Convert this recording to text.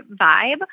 vibe